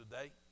today